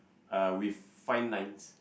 uh with fine lines